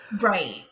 Right